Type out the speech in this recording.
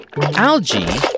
algae